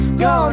go